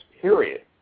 period